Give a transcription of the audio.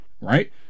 right